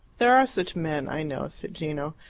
there are such men, i know, said gino.